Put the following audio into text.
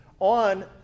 on